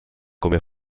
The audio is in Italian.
come